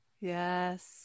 Yes